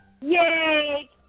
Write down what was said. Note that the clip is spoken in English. Yay